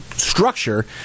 structure